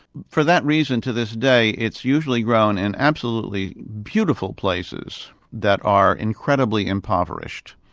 for that reason, to this day it's usually grown in absolutely beautiful places that are incredibly impoverished.